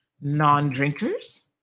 non-drinkers